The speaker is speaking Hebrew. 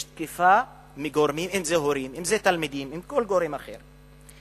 יש תקיפה, אם הורים, אם תלמידים או כל גורם אחר.